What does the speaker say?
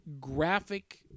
graphic